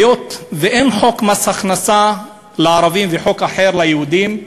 היות שאין חוק מס הכנסה לערבים וחוק אחר ליהודים,